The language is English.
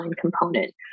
component